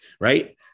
right